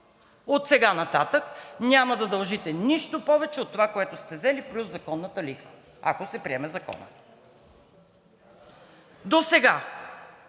Отсега нататък няма да дължите нищо повече от това, което сте взели плюс законната лихва, ако се приеме Законът. Досега